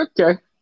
Okay